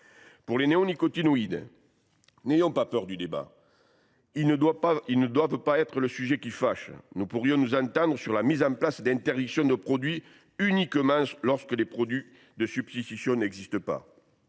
Pour les néonicotinoïdes, n’ayons pas peur du débat. Ils ne doivent pas être le sujet qui fâche : nous pourrions nous entendre sur des interdictions ciblées, lorsque les produits de substitution n’existent pas.